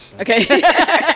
Okay